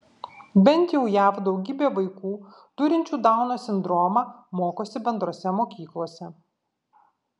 bent jau jav daugybė vaikų turinčių dauno sindromą mokosi bendrose mokyklose